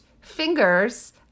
fingers